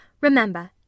Remember